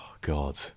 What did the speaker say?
god